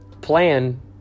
plan